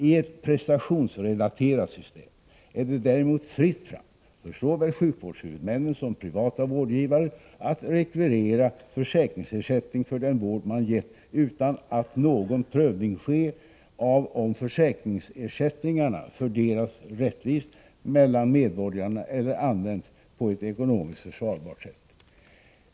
I ett prestationsrelaterat system är det däremot fritt fram för såväl sjukvårdshuvudmännen som privata vårdgivare att rekvirera försäkringsersättning för den vård man gett, utan att någon prövning sker av om försäkringsersättningarna fördelas rättvist mellan medborgarna eller används på ett ekonomiskt försvarbart sätt.